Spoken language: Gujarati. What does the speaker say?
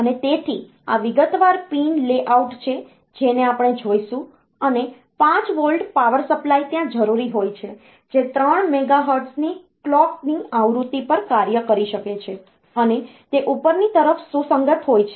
અને તેથી આ વિગતવાર પિન લેઆઉટ છે જેને આપણે જોઈશું અને 5 વોલ્ટ પાવર સપ્લાય ત્યાં જરૂરી હોય છે જે 3 મેગાહર્ટ્ઝની કલોકની આવૃત્તિ પર કાર્ય કરી શકે છે અને તે ઉપરની તરફ સુસંગત હોય છે